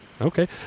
Okay